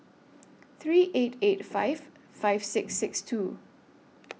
three eight eight five five six six two